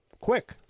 quick